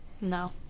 No